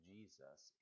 Jesus